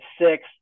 six